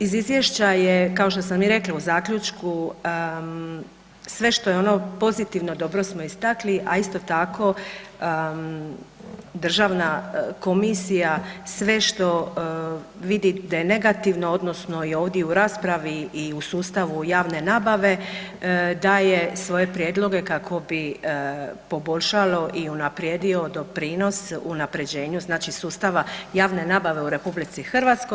Iz izvješća je kao što sam i rekla u zaključku sve što je ono pozitivno dobro smo istakli, a isto tako državna komisija sve što vidi da je negativno odnosno i ovdje i u raspravi i u sustavu javne nabave, daje svoje prijedloge kako bi poboljšalo i unaprijedio doprinos unapređenju znači sustava javne nabave u RH.